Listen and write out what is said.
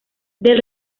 del